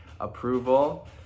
approval